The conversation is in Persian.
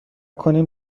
کنیم